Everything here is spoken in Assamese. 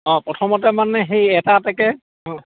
অঁ প্ৰথমতে মানে সেই এটা এটাকে অঁ